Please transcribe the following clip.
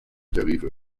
tarife